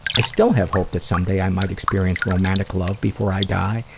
i still have hope that someday i might experience romantic love before i die.